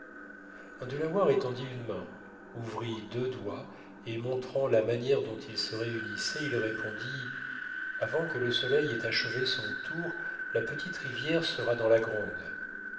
un delaware étendit une main ouvrit deux doigts et montrant la manière dont ils se réunissaient il répondit avant que le soleil ait achevé son tour la petite rivière sera dans la grande